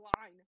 line